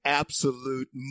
absolute